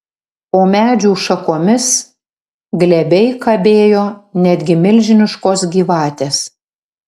po medžių šakomis glebiai kabėjo netgi milžiniškos gyvatės